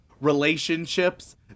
relationships